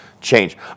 change